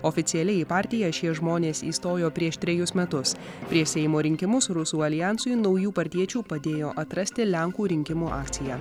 oficialiai į partiją šie žmonės įstojo prieš trejus metus prieš seimo rinkimus rusų aljansui naujų partiečių padėjo atrasti lenkų rinkimų akcija